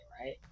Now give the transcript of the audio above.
right